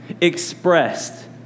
expressed